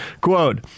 Quote